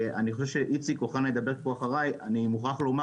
אני מוכרח לומר